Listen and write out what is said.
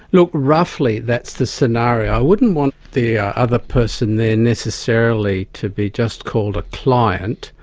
look, roughly that's the scenario. i wouldn't want the other person there necessarily to be just called a client,